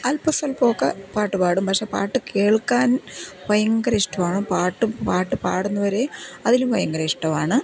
അല്പസ്വൽപമൊക്കെ പാട്ട് പാടും പക്ഷേ പാട്ട് കേൾക്കാൻ ഭയങ്കര ഇഷ്ടമാണ് പാട്ട് പാട്ട് പാടുന്നവരെ അതിലും ഭയങ്കര ഇഷ്ടമാണ്